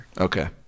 Okay